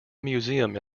museum